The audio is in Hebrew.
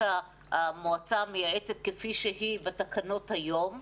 המועצה המייעצת כפי שהיא בתקנות היום.